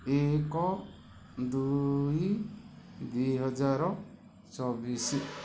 ଏକ ଦୁଇ ଦୁଇ ହଜାର ଚବିଶି